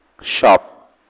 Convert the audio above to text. shop